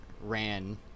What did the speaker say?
Ran